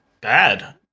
bad